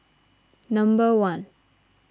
number one